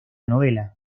novela